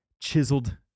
chiseled